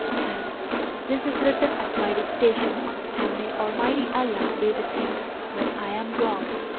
and this is written at my dictation and may almighty allah be with him when i am gone!